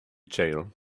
jail